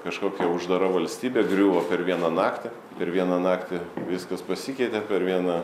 kažkokia uždara valstybė griuvo per vieną naktį per vieną naktį viskas pasikeitė per vieną